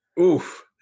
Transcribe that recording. Oof